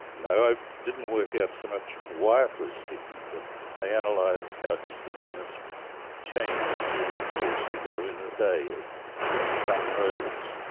no, i didn't work out so much why it was sticky but i analysed and like how its stickiness changed during the course of the lunar days as the sun rose.